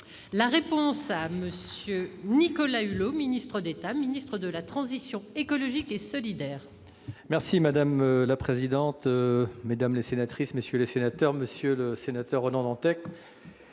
La parole est à M. le ministre d'État, ministre de la transition écologique et solidaire. Madame la présidente, mesdames les sénatrices, messieurs les sénateurs, monsieur le sénateur Ronan Dantec,